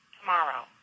tomorrow